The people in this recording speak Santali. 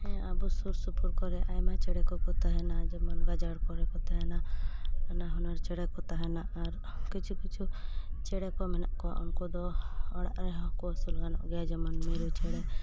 ᱦᱮᱸ ᱟᱵᱚ ᱥᱩᱨᱥᱩᱯᱩᱨ ᱠᱚᱨᱮ ᱟᱭᱢᱟ ᱪᱮᱬᱮ ᱠᱚᱠᱚ ᱛᱟᱦᱮᱱᱟ ᱡᱮᱢᱚᱱ ᱜᱟᱡᱟᱲ ᱠᱚᱨᱮ ᱠᱚ ᱛᱟᱦᱮᱸᱱᱟ ᱱᱟᱱᱟᱦᱩᱱᱟᱹᱨ ᱪᱮᱬᱮ ᱛᱟᱦᱮᱱᱟ ᱟᱨ ᱠᱤᱪᱷᱩ ᱠᱤᱪᱷᱩ ᱪᱮᱬᱮ ᱠᱚ ᱢᱮᱱᱟᱜ ᱠᱚᱣᱟ ᱩᱱᱠᱩᱫᱚ ᱚᱲᱟᱜ ᱨᱮᱦᱚᱸ ᱠᱚ ᱟᱹᱥᱩᱞ ᱜᱟᱱᱚᱜ ᱜᱮᱭᱟ ᱡᱮᱢᱚᱱ ᱢᱤᱨᱩ ᱪᱮᱬᱮ